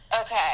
Okay